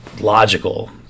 logical